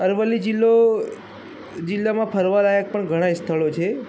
અરવલ્લી જિલ્લો જિલ્લામાં ફરવાલાયક પણ ઘણા સ્થળો છે